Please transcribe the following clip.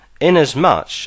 inasmuch